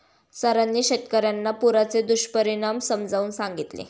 सरांनी शेतकर्यांना पुराचे दुष्परिणाम समजावून सांगितले